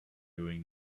doing